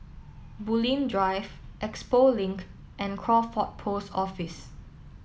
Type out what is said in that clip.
Bulim Drive Expo Link and Crawford Post Office